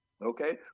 Okay